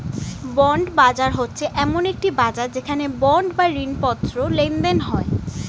bond বাজার হচ্ছে এমন একটি বাজার যেখানে বন্ড বা ঋণপত্র লেনদেন হয়